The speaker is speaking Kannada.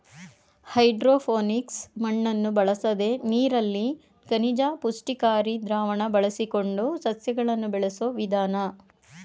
ಹೈಡ್ರೋಪೋನಿಕ್ಸ್ ಮಣ್ಣನ್ನು ಬಳಸದೆ ನೀರಲ್ಲಿ ಖನಿಜ ಪುಷ್ಟಿಕಾರಿ ದ್ರಾವಣ ಬಳಸಿಕೊಂಡು ಸಸ್ಯಗಳನ್ನು ಬೆಳೆಸೋ ವಿಧಾನ